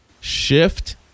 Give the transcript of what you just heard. shift